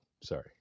Sorry